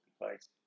place